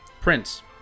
Prince